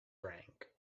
rank